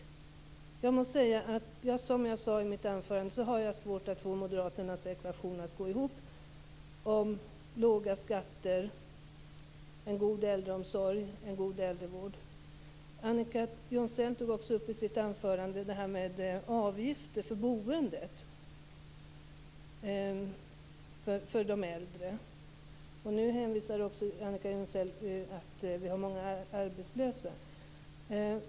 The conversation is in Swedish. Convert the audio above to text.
Jag måste säga att jag, som jag sade i mitt anförande, har svårt att få Moderaternas ekvation om låga skatter, god äldreomsorg och god äldrevård att gå ihop. Annika Jonsell tog i sitt anförande också upp det här med avgifterna för boendet för de äldre. Nu hänvisar också Annika Jonsell till att vi har många arbetslösa.